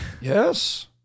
Yes